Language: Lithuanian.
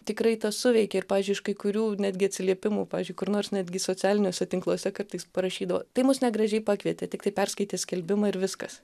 tikrai tas suveikė ir pavyzdžiui iš kai kurių netgi atsiliepimų pavyzdžiui kur nors netgi socialiniuose tinkluose kartais parašydavo tai mus negražiai pakvietė tiktai perskaitė skelbimą ir viskas